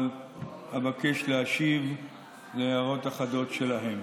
אבל אבקש להשיב על הערות אחדות שלהם.